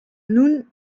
nun